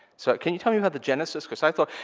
so, can you tell me about the genesis, because i thought.